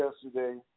yesterday